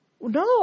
No